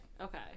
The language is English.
Okay